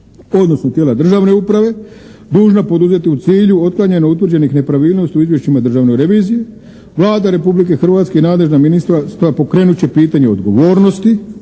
odnosno tijela državne uprave dužna poduzeti u cilju otklanjanja utvrđenih nepravilnosti u izvješćima Državne revizije da Vlada Republike Hrvatske i nadležna ministarstva pokrenu pitanja odgovornosti